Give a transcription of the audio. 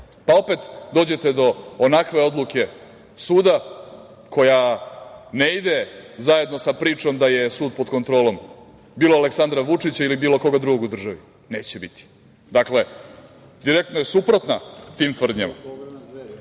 znaju. Opet, dođete do onakve odluke suda koja ne ide zajedno sa pričom da je sud pod kontrolom bilo Aleksandra Vučića ili bilo koga drugog u državi. Neće biti. Dakle, direktno je suprotna tim tvrdnjama. Kada